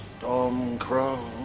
Stormcrow